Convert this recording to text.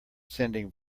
sending